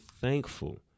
thankful